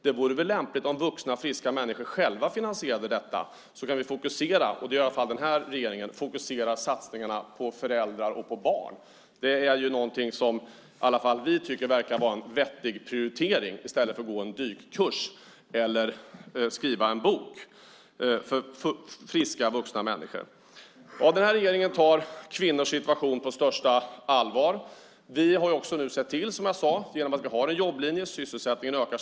Det vore väl lämpligt om vuxna, friska människor själva finansierade sådant, så att vi - och det vill i alla fall den här regeringen - kan fokusera satsningar på föräldrar och barn. Det tycker vi verkar vara en vettig prioritering, i stället för att man ska gå en dykkurs eller skriva en bok. Den här regeringen tar kvinnors situation på största allvar. Vi har en jobblinje, och sysselsättningen ökar.